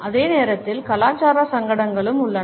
அதே நேரத்தில் கலாச்சார சங்கடங்களும் உள்ளன